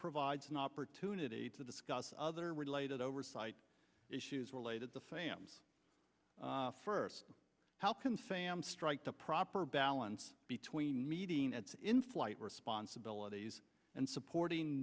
provides an opportunity to discuss other related oversight issues related to fans first how can say strike the proper balance between meeting its in flight responsibilities and supporting